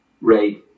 Ray